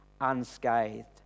unscathed